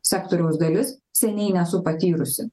sektoriaus dalis seniai nesu patyrusi